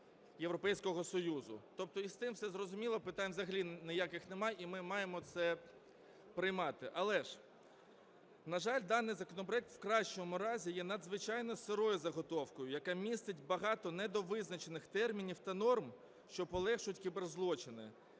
Європейського Союзу. Тобто із тим все зрозуміло, питань взагалі ніяких немає, і ми маємо це приймати. Але ж, на жаль, даний законопроект в кращому разі є надзвичайно сирою заготовкою, яка містить багато недовизначених термінів та норм, що полегшують кіберзлочини.